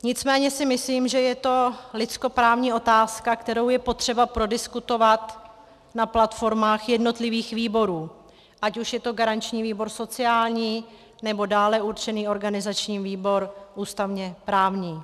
Nicméně si myslím, že je to lidskoprávní otázka, kterou je potřeba prodiskutovat na platformách jednotlivých výborů, ať už je to garanční výbor sociální, nebo dále určený organizačním výborem ústavněprávní.